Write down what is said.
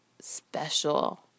special